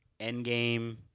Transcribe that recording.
endgame